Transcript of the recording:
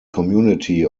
community